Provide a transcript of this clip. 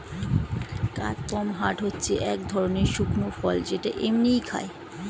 কাদপমহাট হচ্ছে এক ধরণের শুকনো ফল যেটা এমনিই খায়